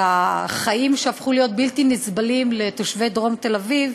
והחיים שהפכו להיות בלתי נסבלים לתושבי דרום תל-אביב.